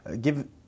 give